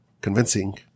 convincing